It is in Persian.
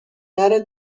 نره